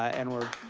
and we're